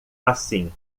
assim